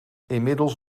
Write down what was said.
inmiddels